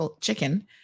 chicken